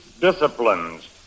disciplines